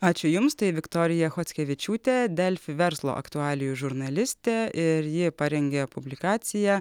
ačiū jums tai viktorija chockevičiūtė delfi verslo aktualijų žurnalistė ir ji parengė publikaciją